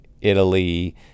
Italy